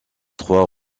trois